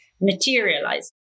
materialize